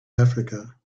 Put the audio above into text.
africa